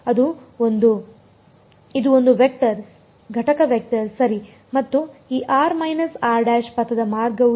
ಅದು ಒಂದು ಇದು ಒಂದು ಘಟಕ ವೆಕ್ಟರ್ ಸರಿ ಮತ್ತು ಈ ಪಥದ ಮಾರ್ಗವು ಏನು